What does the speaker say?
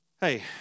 hey